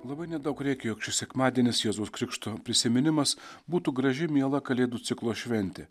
labai nedaug reikia jog šis sekmadienis jėzaus krikšto prisiminimas būtų graži miela kalėdų ciklo šventė